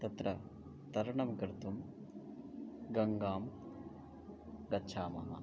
तत्र तरणं कर्तुं गङ्गां गच्छामः